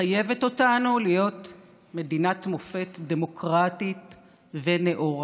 מחייבת אותנו להיות מדינת מופת דמוקרטית ונאורה,